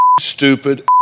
Stupid